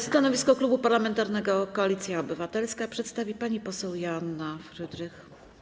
Stanowisko Klubu Parlamentarnego Koalicja Obywatelska przedstawi pani poseł Joanna Frydrych.